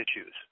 issues